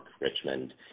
Richmond